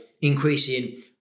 increasing